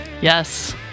Yes